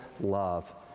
Love